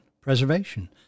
preservation